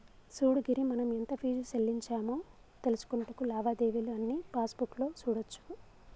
సూడు గిరి మనం ఎంత ఫీజు సెల్లించామో తెలుసుకొనుటకు లావాదేవీలు అన్నీ పాస్బుక్ లో సూడోచ్చు